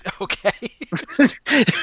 Okay